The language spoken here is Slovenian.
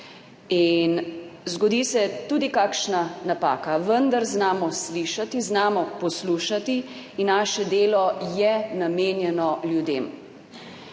in zgodi se tudi kakšna napaka, vendar znamo slišati, znamo poslušati in naše delo je namenjeno ljudem.